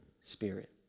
Spirit